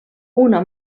una